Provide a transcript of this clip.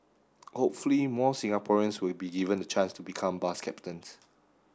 hopefully more Singaporeans will be given the chance to become bus captains